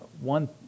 One